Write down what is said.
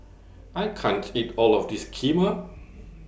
I can't eat All of This Kheema